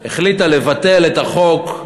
החליטה לבטל את החוק,